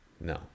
No